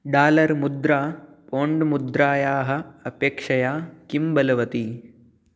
dollar मुद्रा pound मुद्रायाः अपेक्षया किं बलवती